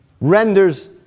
renders